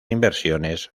inversiones